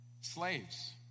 Slaves